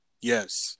Yes